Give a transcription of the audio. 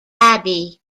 abbey